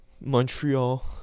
montreal